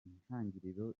intangiriro